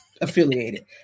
affiliated